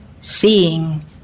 seeing